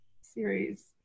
series